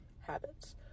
habits